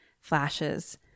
flashes